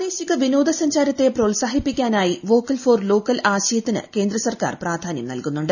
പ്രാദേശിക വിനോദസഞ്ചാരത്തെ പ്രോത്സാഹിപ്പിക്കാനായി വോക്കൽ ഫോർ ലോക്കൽ ആശയത്തിന് കേന്ദ്ര സർക്കാർ പ്രാധാന്യം നൽകുന്നുണ്ട്